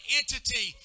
entity